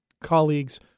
colleagues